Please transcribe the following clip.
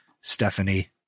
stephanie